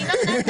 ינון,